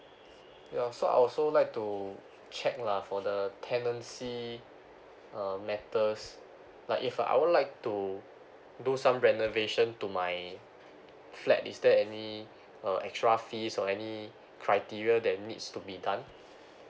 ya so I also like to check lah for the tenancy uh matters like if I would like to do some renovation to my flat is there any uh extra fees or any criteria that needs to be done